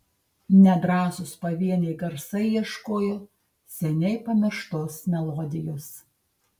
nedrąsūs pavieniai garsai ieškojo seniai pamirštos melodijos